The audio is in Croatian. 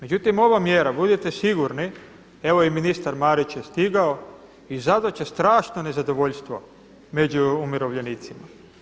Međutim ova mjera, budite sigurni, evo i ministar Marić je stigao izazvat će strašno nezadovoljstvo među umirovljenicima.